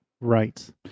Right